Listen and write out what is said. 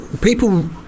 people